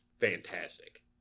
fantastic